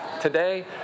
today